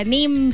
Name